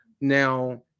Now